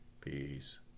Peace